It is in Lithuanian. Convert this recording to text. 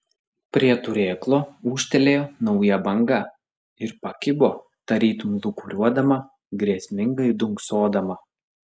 prie turėklo ūžtelėjo nauja banga ir pakibo tarytum lūkuriuodama grėsmingai dunksodama